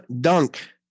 dunk